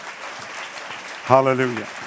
Hallelujah